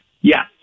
Yes